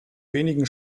wenigen